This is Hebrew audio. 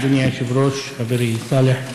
אדוני היושב-ראש, חברי סאלח,